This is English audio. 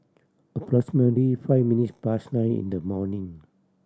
approximately five minutes past nine in the morning